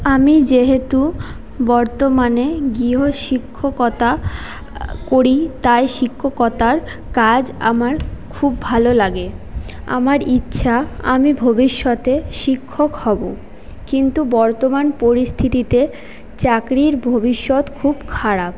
আমি যেহেতু বর্তমানে গৃহ শিক্ষকতা করি তাই শিক্ষকতার কাজ আমার খুব ভালো লাগে আমার ইচ্ছা আমি ভবিষ্যতে শিক্ষক হবো কিন্তু বর্তমান পরিস্থিতিতে চাকরির ভবিষৎ খুব খারাপ